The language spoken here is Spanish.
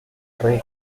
rey